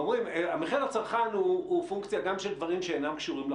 ואומרים: המחיר לצרכן הוא פונקציה גם של דברים שאינם קשורים לחקלאי.